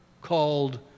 called